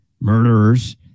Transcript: murderers